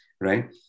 right